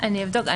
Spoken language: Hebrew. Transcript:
אני אבדוק.